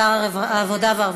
שר העבודה והרווחה.